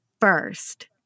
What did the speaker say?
first